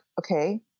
okay